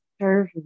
serve